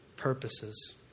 purposes